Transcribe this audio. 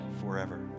forever